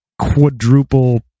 quadruple